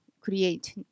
create